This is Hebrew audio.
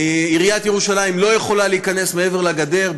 עיריית ירושלים לא יכולה להיכנס מעבר לגדר,